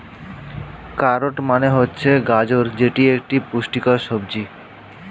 carrot মানে হচ্ছে গাজর যেটি একটি পুষ্টিকর সবজি